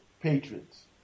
Patriots